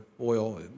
oil